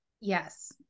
Yes